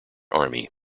army